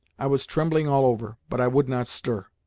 i was trembling all over, but i would not stir.